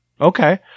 Okay